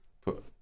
put